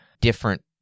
different